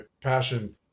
passion